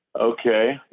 Okay